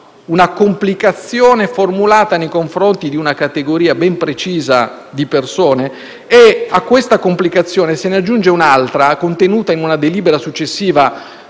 una complicazione formulata nei confronti di una categoria ben precisa di persone, a cui se ne aggiunge un'altra, contenuta in una delibera successiva,